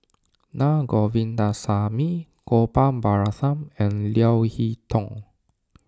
Na Govindasamy Gopal Baratham and Leo Hee Tong